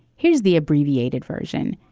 here's the abbreviated version.